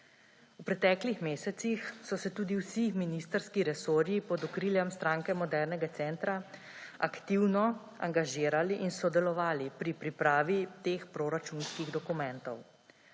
V preteklih mesecih so se tudi vsi ministrski resorji pod okriljem Stranke modernega centra aktivno angažirali in sodelovali pri pripravi teh proračunskih dokumentov.